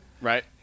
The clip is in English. Right